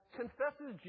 confesses